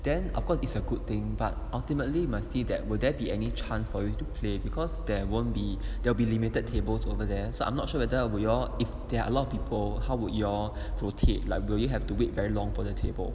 then of course it's a good thing but ultimately must see that will there be any chance for you to play because that won't be there will be limited tables over there so I'm not sure whether would you all if there are a lot of people how would you all rotate like would you have to wait very long for the table